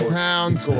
pounds